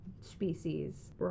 species